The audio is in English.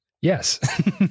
Yes